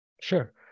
Sure